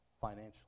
financially